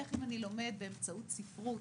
איך אני לומד באמצעות ספרות,